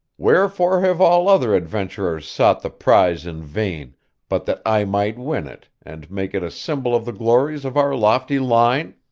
wherefore have all other adventurers sought the prize in vain but that i might win it, and make it a symbol of the glories of our lofty line?